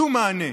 שום מענה.